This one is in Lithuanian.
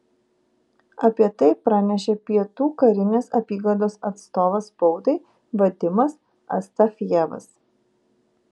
apie tai pranešė pietų karinės apygardos atstovas spaudai vadimas astafjevas